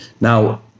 Now